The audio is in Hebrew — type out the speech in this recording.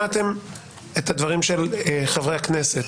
שמעתם את הדברים של חברי הכנסת.